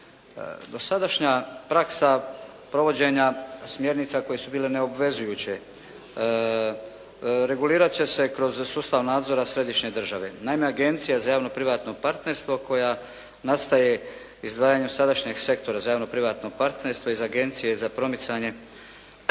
Dosadašnja praksa provođenja smjernica koje su bile neobvezujeće regulirati će se kroz sustav nadzora središnje države. Naime Agencija za javno privatno partnerstvo koja nastaje izdvajanjem sadašnjeg sektora za javno privatno partnerstvo i za agencije za promicanje